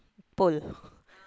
pole